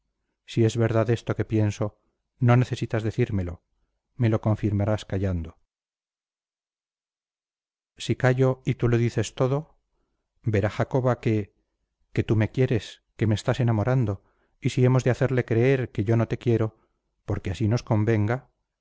si es verdad esto que pienso no necesitas decírmelo me lo confirmarás callando si callo y tú lo dices todo verá jacoba que que tú me quieres que me estás enamorando y si hemos de hacerle creer que yo no te quiero porque así nos convenga